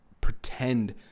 pretend